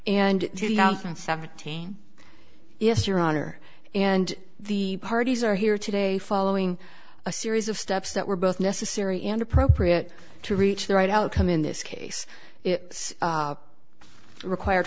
and seventeen yes your honor and the parties are here today following a series of steps that were both necessary and appropriate to reach the right outcome in this case it required